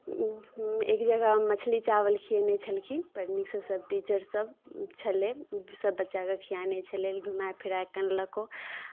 एक जगह मछली चावल खिएने छलखिन बड़ नीकसँ सभ टीचरसभ छलय सभ बच्चाकेँ खिएने छलय घुमाए फिराए कऽ अनलकौ